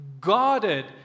guarded